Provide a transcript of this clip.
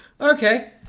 Okay